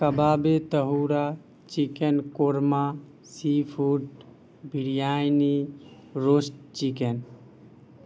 کبابِ طہورا chicken korma seafood biryani roast chicken